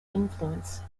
influence